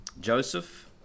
joseph